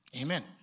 amen